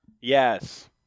Yes